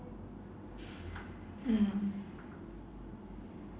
mm